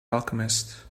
alchemist